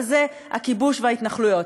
וזה הכיבוש וההתנחלויות.